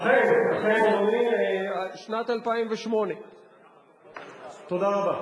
אכן, אכן, אדוני, שנת 2008. תודה רבה.